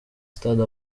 stade